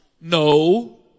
No